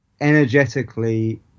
energetically